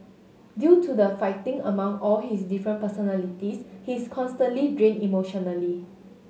due to the fighting among all his different personalities he's constantly drained emotionally